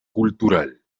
cultural